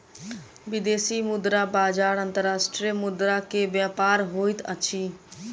विदेशी मुद्रा बजार अंतर्राष्ट्रीय मुद्रा के व्यापार होइत अछि